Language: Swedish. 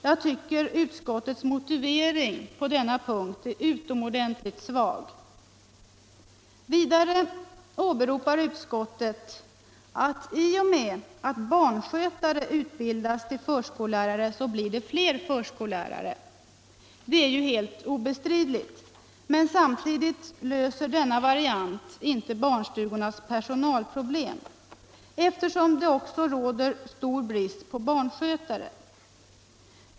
Jag tycker att utskottets motivering på denna punkt är utomordentligt svag. Vidare åberopar utskottet att det i och med att barnskötare utbildas till förskollärare blir fler förskollärare. Det är helt obestridligt, men samtidigt löser detta inte barnstugornas personalproblem då det också råder stor brist på barnskötare.